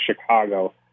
Chicago